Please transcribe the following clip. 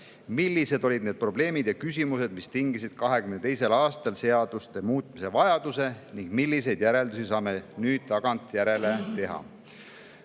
millised olid need probleemid ja küsimused, mis tingisid 2022. aastal seaduste muutmise vajaduse ning milliseid järeldusi saame nüüd tagantjärele teha.